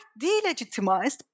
delegitimized